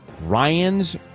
Ryan's